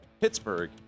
Pittsburgh